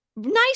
Nice